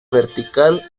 vertical